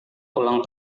ulang